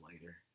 later